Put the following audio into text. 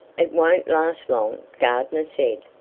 it won't last long, gardner said,